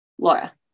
Laura